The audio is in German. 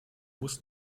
muss